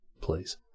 Please